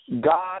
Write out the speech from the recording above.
God